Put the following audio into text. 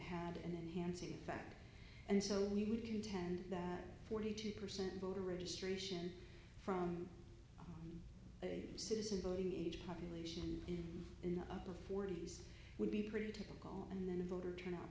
had an enhanced effect and so you would contend that forty two percent voter registration from a citizen voting age population is in the upper forty's would be pretty typical and then a voter turnout